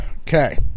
Okay